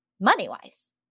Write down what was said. money-wise